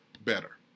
better